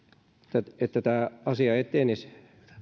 jotta tämä asia etenisi